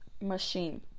machine